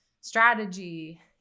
strategy